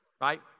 right